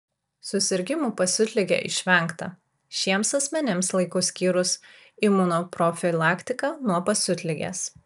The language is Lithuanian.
susirgimų pasiutlige išvengta šiems asmenims laiku skyrus imunoprofilaktiką nuo pasiutligės